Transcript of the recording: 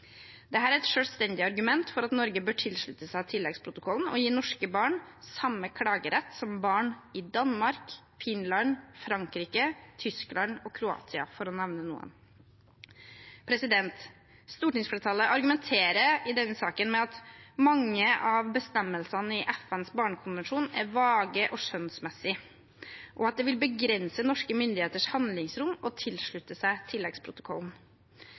er tilsluttet. Dette er et selvstendig argument for at Norge bør tilslutte seg tilleggsprotokollen og gi norske barn samme klagerett som barn i Danmark, Finland, Frankrike, Tyskland og Kroatia, for å nevne noen. Stortingsflertallet argumenterer i denne saken med at mange av bestemmelsene i FNs barnekonvensjon er vage og skjønnsmessige, og at det vil begrense norske myndigheters handlingsrom å tilslutte seg tilleggsprotokollen.